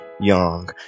Young